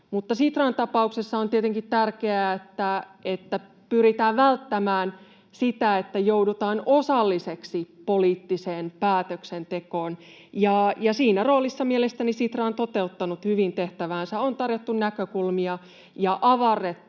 Sitran tapauksessa on tietenkin tärkeää, että pyritään välttämään sitä, että joudutaan osalliseksi poliittiseen päätöksentekoon. Siinä roolissa mielestäni Sitra on toteuttanut hyvin tehtäväänsä: on tarjottu näkökulmia ja avarrettu